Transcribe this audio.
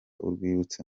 urwibutso